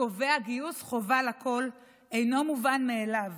הקובע גיוס חובה לכול, אינו מובן מאליו.